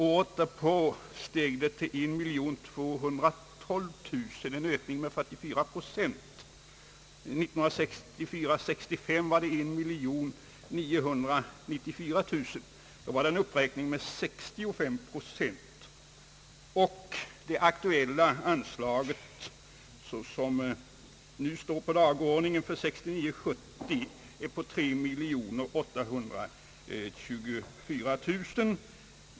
Året därpå steg beloppet till 1212000 kronor, en ökning med 44 procent. Budgetåret 1964 70 är på 3 824 000 kronor.